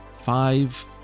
five